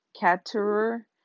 caterer